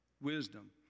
wisdom